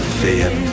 thin